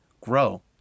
grow